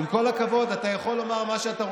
ועל עיסאווי.